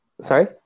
sorry